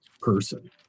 person